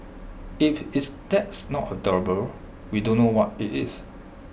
if is that's not adorable we don't know what IT is